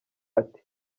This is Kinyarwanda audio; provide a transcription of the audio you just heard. ati